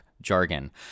jargon